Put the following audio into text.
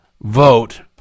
vote